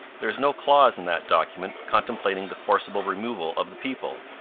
there is no clause in that document contemplating the forcible removal of the people.